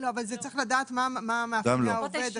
לא, אבל צריך לדעת מה מאפייני העובד הספציפי.